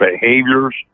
behaviors